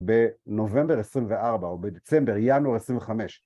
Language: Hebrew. בנובמבר 24 או בדצמבר-ינואר 25...